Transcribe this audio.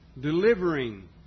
delivering